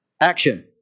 Action